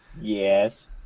Yes